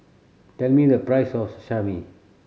tell me the price of Sashimi